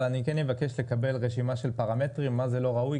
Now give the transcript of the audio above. אבל אני כן מבקש לקבל רשימה של פרמטרים של מה זה "לא ראוי",